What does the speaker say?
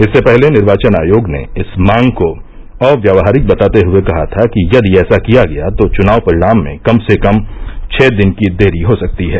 इससे पहले निर्वाचन आयोग ने इस मांग को अव्यावहारिक बताते हए कहा था कि यदि ऐसा किया गया तो चुनाव परिणाम में कम से कम छह दिन की देरी हो सकती है